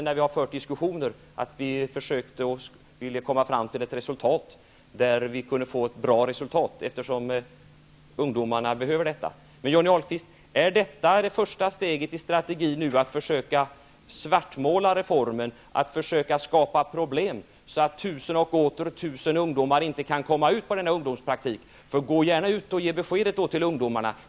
När vi förde diskussioner uppfattade jag det så, att vi försökte att komma fram till ett bra resultat, eftersom det var nödändigt för ungdomarna. Men är detta det första steget i strategin att försöka svartmåla reformen, att försöka skapa problem, så att tusen och åter tusen ungdomar inte kan komma ut i ungdomspraktik? Gå då gärna ut och ge detta besked till ungdomarna!